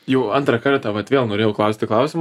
jau antrą kartą vat vėl norėjau klausti klausimo